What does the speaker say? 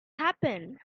happen